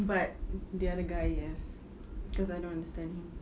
but the other guy yes cause I don't understand him